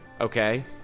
okay